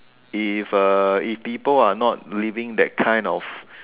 if uh if people are not living that kind of